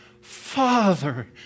Father